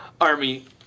army